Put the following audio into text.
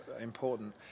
important